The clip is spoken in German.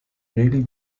regel